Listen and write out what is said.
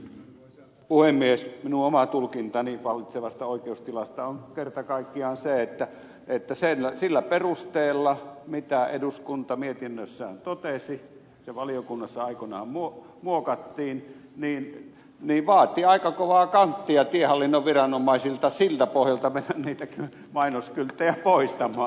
minun oma tulkintani vallitsevasta oikeustilasta on kerta kaikkiaan se että sillä perusteella mitä eduskunta mietinnössään totesi se valiokunnassa aikoinaan muokattiin vaatii aika kovaa kanttia tiehallinnon viranomaisilta mennä niitä mainoskylttejä poistamaan